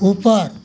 ऊपर